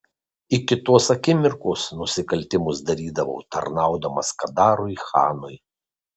iki tos akimirkos nusikaltimus darydavau tarnaudamas kadarui chanui